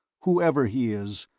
whoever he is,